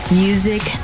music